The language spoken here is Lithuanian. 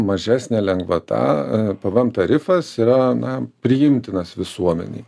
mažesnė lengvata pvm tarifas yra na priimtinas visuomenei